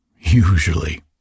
Usually